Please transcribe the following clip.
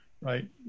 right